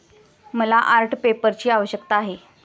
मला आर्ट पेपरची आवश्यकता आहे